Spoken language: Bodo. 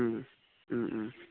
उम उम उम उम